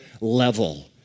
level